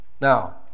Now